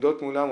בארץ ובעולם,